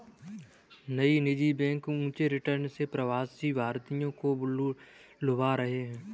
कई निजी बैंक ऊंचे रिटर्न से प्रवासी भारतीयों को लुभा रहे हैं